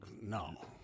no